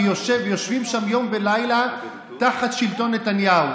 ויושבים שם יום ולילה תחת שלטון נתניהו,